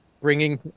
bringing